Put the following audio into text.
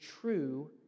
true